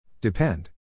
Depend